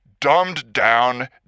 dumbed-down